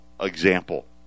example